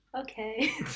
Okay